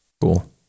Cool